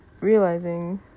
realizing